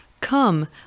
come